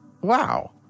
wow